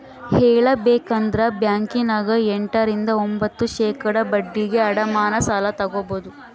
ಹೇಳಬೇಕಂದ್ರ ಬ್ಯಾಂಕಿನ್ಯಗ ಎಂಟ ರಿಂದ ಒಂಭತ್ತು ಶೇಖಡಾ ಬಡ್ಡಿಗೆ ಅಡಮಾನ ಸಾಲ ತಗಬೊದು